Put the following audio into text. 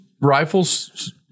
rifles